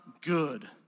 good